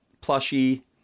plushy